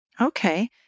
Okay